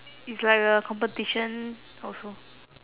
it's like a competition also